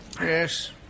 Yes